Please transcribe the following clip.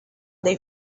they